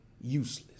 useless